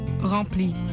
rempli